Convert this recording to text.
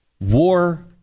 war